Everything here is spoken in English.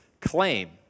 claim